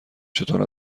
چطور